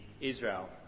Israel